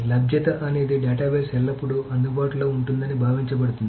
లభ్యత అనేది డేటాబేస్ ఎల్లప్పుడూ అందుబాటులో ఉంటుందని భావించబడుతుంది